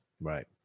right